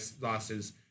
losses